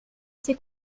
ses